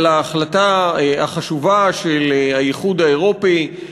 על ההחלטה החשובה של האיחוד האירופי,